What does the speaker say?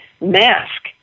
mask